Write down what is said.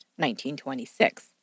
1926